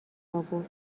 آورد